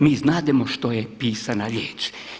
Mi znademo što je pisana riječ.